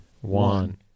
one